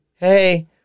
hey